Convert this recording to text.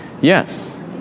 Yes